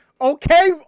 Okay